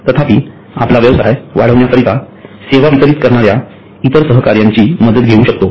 तथापि आपला व्यवसाय वाढविण्याकरिता सेवा वितरित करनाऱ्या इतर सहकाऱ्यांची मदत घेऊ शकतो